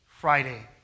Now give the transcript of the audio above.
Friday